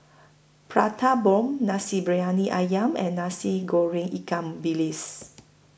Prata Bomb Nasi Briyani Ayam and Nasi Goreng Ikan Bilis